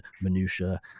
minutiae